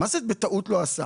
מה זה בטעות לא עשה?